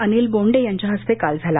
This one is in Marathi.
अनिल बोंडे यांच्या हस्ते काल झाला